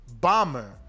bomber